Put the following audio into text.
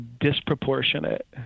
disproportionate